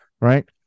right